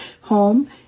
home